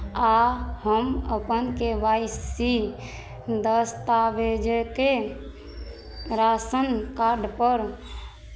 आ हम अपन के वाइ सी दस्तावेजके राशन कार्डपर